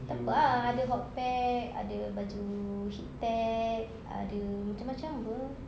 tak apa ah ada hot pack ada baju heat tech ada macam macam apa